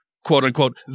quote-unquote